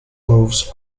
moves